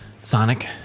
sonic